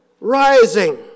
rising